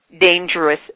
dangerous